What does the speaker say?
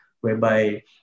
whereby